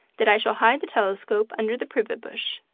that i shall hide the telescope under the privet bush,